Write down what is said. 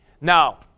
Now